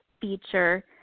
feature